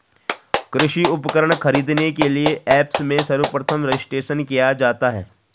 कृषि उपकरण खरीदने के लिए ऐप्स में सर्वप्रथम रजिस्ट्रेशन किया जाता है